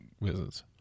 visits